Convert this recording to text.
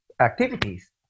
activities